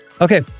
Okay